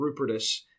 Rupertus